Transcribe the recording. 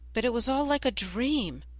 but it was all like a dream.